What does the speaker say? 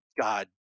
god